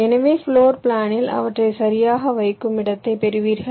எனவே ஃப்ளோர் பிளானில் அவற்றை சரியாக வைக்கும் இடத்தைப் பெறுவீர்கள்